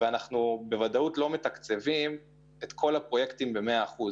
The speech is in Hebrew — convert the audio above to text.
לא מתקצבים את כל הפרויקטים במאת האחוזים.